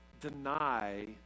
deny